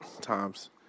Times